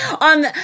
on